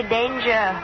danger